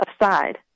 aside